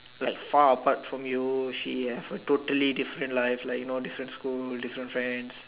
like far apart from you she have a totally different life different school different friends